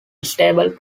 stable